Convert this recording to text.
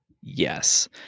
yes